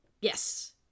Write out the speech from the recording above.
yes